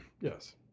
Yes